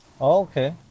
Okay